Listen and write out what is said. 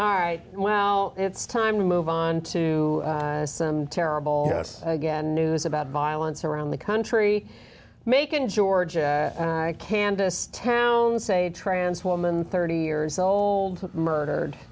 all right well it's time to move on to some terrible again news about violence around the country macon georgia candace tone say trans woman thirty years old murdered